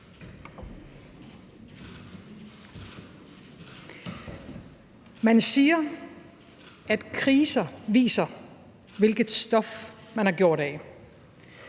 Man siger, at kriser viser, hvilket stof man er gjort af.